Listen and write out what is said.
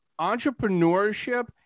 entrepreneurship